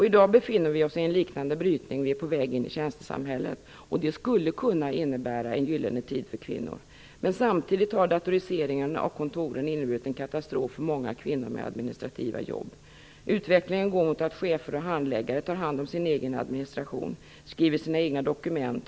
I dag befinner vi oss i en liknande brytning. Vi är på väg in i tjänstesamhället. Det skulle kunna innebära en gyllene tid för kvinnor, men samtidigt har datoriseringen av kontoren inneburit en katastrof för många kvinnor med administrativa jobb. Utvecklingen går mot att chefer och handläggare tar hand om sin egen administration och skriver sina egna dokument.